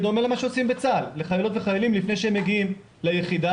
בדומה למה שעושים בצה"ל לחיילות וחיילים לפני שהם מגיעים ליחידה,